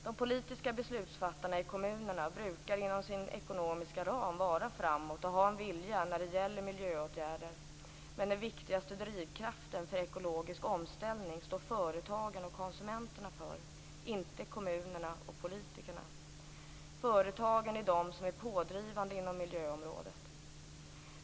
De politiska beslutsfattarna i kommunen brukar inom sina ekonomiska ramar vara framåt och ha en vilja när det gäller miljöåtgärder. Men den viktigaste drivkraften för ekologisk omställning står företagen och konsumenterna för - inte kommunerna och politikerna. Företagen är de som är pådrivande inom miljöområdet.